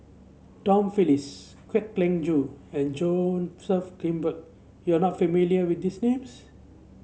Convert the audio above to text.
Tom Phillips Kwek Leng Joo and Joseph Grimberg you are not familiar with these names